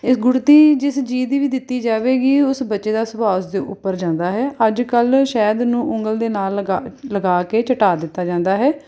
ਇਹ ਗੁੜਤੀ ਜਿਸ ਚੀਜ਼ ਦੀ ਵੀ ਦਿੱਤੀ ਜਾਵੇਗੀ ਉਸ ਬੱਚੇ ਦਾ ਸੁਭਾਅ ਉਸਦੇ ਉੱਪਰ ਜਾਂਦਾ ਹੈ ਅੱਜਕੱਲ੍ਹ ਸ਼ਹਿਦ ਨੂੰ ਉਂਗਲ ਦੇ ਨਾਲ ਲਗਾ ਲਗਾ ਕੇ ਚਟਾ ਦਿੱਤਾ ਜਾਂਦਾ ਹੈ